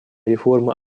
реформа